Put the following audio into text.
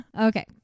Okay